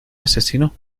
asesino